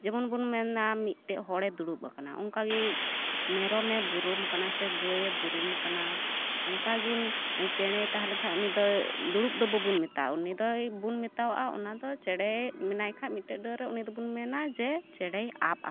ᱡᱮᱢᱚᱱᱵᱚᱱ ᱢᱮᱱᱟ ᱢᱤᱫᱴᱮᱱ ᱦᱚᱲᱮ ᱫᱩᱲᱩᱵᱽ ᱟᱠᱟᱱᱟ ᱚᱱᱠᱟᱜᱮ ᱢᱮᱨᱚᱢᱮ ᱵᱩᱨᱩᱢ ᱟᱠᱟᱱᱟ ᱜᱟᱹᱭᱮ ᱵᱩᱨᱩᱢ ᱟᱠᱟᱱᱟ ᱚᱱᱠᱟᱜᱮ ᱪᱮᱬᱮᱭ ᱛᱟᱦᱮᱸᱞᱮᱱ ᱠᱷᱟᱡ ᱩᱱᱤᱫᱚᱭ ᱫᱩᱲᱩᱵᱽ ᱫᱚ ᱵᱟᱵᱚᱱ ᱢᱮᱛᱟᱭᱟ ᱩᱱᱤ ᱫᱚᱵᱚᱱ ᱢᱮᱟᱣᱟᱼᱟ ᱚᱱᱟᱫᱚ ᱪᱮᱬᱮᱭ ᱢᱮᱭᱟᱭ ᱠᱷᱟᱡ ᱢᱤᱫᱴᱮᱡ ᱰᱟᱹᱨ ᱨᱮ ᱩᱱᱤᱫᱚᱱ ᱢᱮᱱᱟ ᱡᱮ ᱪᱮᱬᱮᱭ ᱟᱵ ᱟᱠᱟᱱᱟ